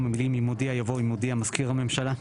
במקום המילים 'אם הודיע' יבוא 'אם הודיע מזכיר הממשלה'.